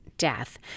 death